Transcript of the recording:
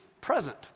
present